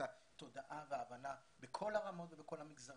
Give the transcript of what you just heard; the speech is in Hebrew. התודעה וההבנה בכל הרמות ובכל המגזרים.